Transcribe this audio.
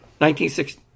1960